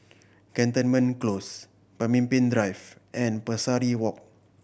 Cantonment Close Pemimpin Drive and Pesari Walk